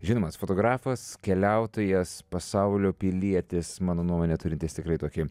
žinomas fotografas keliautojas pasaulio pilietis mano nuomone turintis tikrai tokį